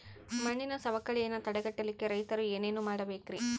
ಮಣ್ಣಿನ ಸವಕಳಿಯನ್ನ ತಡೆಗಟ್ಟಲಿಕ್ಕೆ ರೈತರು ಏನೇನು ಮಾಡಬೇಕರಿ?